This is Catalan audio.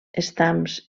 estams